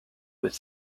with